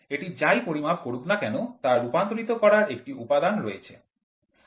এটি যাই পরিমাপ করুক না কেন তা রূপান্তরিত করার একটি উপাদান রয়েছে